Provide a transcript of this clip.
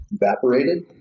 evaporated